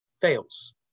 fails